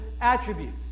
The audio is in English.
attributes